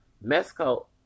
Mexico